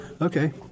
Okay